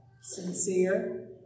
sincere